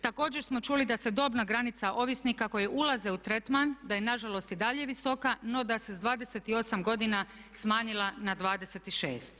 Također smo čuli da se dobna granica ovisnika koji ulaze u tretman da je na žalost i dalje visoka, no da se sa 28 godina smanjila na 26.